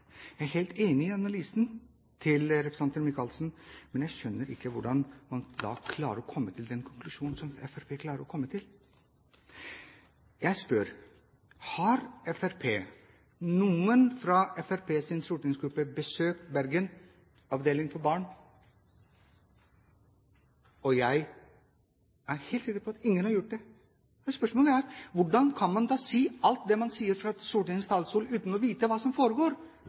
Jeg er helt enig i analysen til representanten Michaelsen, men jeg skjønner ikke hvordan man da klarer å komme til den konklusjonen som Fremskrittspartiet klarer å komme til. Jeg spør: Har noen fra Fremskrittspartiets stortingsgruppe besøkt Bergen, avdeling for barn? Jeg er helt sikker på at ingen har gjort det. Men spørsmålet er: Hvordan kan man da si alt det man da sier fra Stortingets talerstol uten å vite hva som foregår